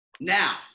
Now